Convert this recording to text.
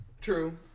True